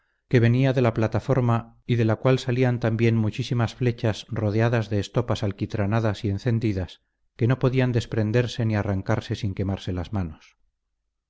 que venía de la plataforma y de la cual salían también muchísimas flechas rodeadas de estopas alquitranadas y encendidas que no podían desprenderse ni arrancarse sin quemarse las manos